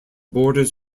borders